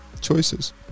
choices